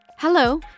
Hello